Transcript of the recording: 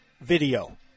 video